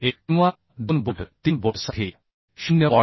1 किंवा 2 बोल्ट 3 बोल्टसाठी 0